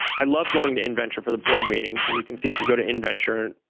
i love going to inventure for the board meetings and you can see if you go to inventure,